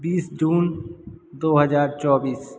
बीस जून दो हज़ार चौबीस